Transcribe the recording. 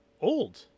old